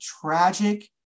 tragic